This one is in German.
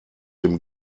dem